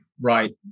right